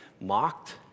mocked